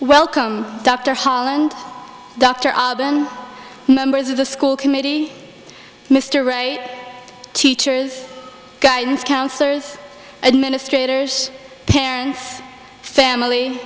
welcome dr holland dr ivan members of the school committee mr wright teachers guidance counselors administrators parents family